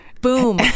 boom